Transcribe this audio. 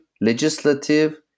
legislative